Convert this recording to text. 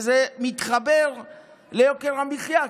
כשזה מתחבר ליוקר המחיה,